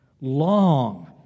long